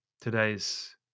today's